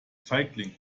feigling